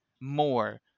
more